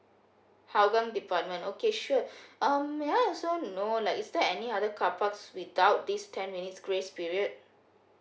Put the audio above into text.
hougang department okay sure um may I also know like is there any other car park without this ten minutes grace period